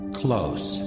close